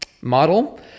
model